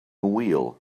wheel